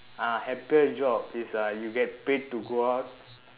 ah happiest job is ah you get paid to go out